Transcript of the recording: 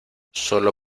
sólo